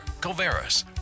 Covaris